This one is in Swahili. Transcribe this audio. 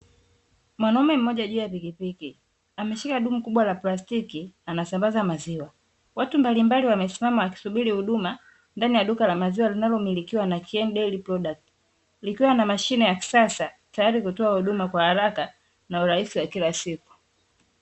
Mwanaume mmoja juu ya pikipiki ameshika dumu kubwa la plastiki, anasambaza maziwa. Watu mbalimbali wamesimama wakisubiri huduma ndani ya duka la maziwa linalomilikiwa na "Kieni dairy products", likiwa na mashine ya kisasa tayari kutoa huduma kwa haraka na urahisi wa kila siku.